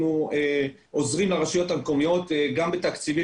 אנחנו עוזרים לרשויות המקומיות גם בתקציבים